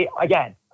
again